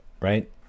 right